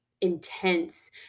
intense